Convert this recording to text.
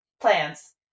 plants